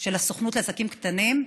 של הסוכנות לעסקים קטנים,